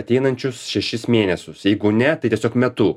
ateinančius šešis mėnesius jeigu ne tai tiesiog metu